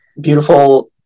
beautiful